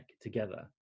together